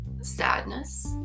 sadness